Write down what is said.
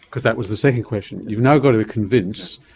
because that was the second question. you've now got to convince,